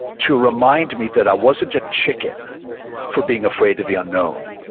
to remind me that i wasn't a chicken for being afraid of the unknown.